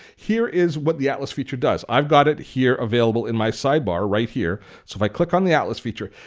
here is what the atlas feature does. i've got it here available on and my side bar right here so i click on the atlas feature.